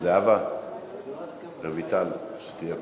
כבוד היושב-ראש, אדוני השר,